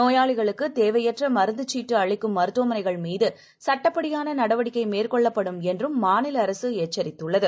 நோயாளிகளுக்குதேவையற்றமருந்துச்சீட்டுஅளிக்கும் மருத்துவமனைகள் மீதுசட்டப்படியானநடவடிக்கைமேற்கொள்ளப்படும் என்றும் மாநிலஅரசுஎச்சரித்துள்ளது